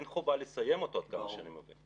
אין חובה לסיים אותו לפי מה שאני מבין.